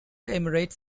emirates